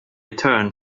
turned